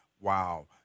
Wow